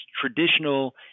traditional